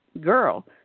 girl